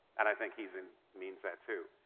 and i think he means that too.